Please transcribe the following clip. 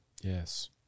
Yes